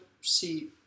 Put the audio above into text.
see